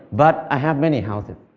but i have many houses.